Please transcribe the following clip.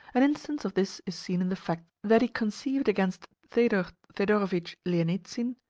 an instance of this is seen in the fact that he conceived against thedor thedorovitch lienitsin,